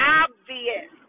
obvious